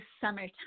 summertime